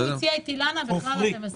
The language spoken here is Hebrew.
אם הוא מציע את אילנה, בכלל אתם מסודרים.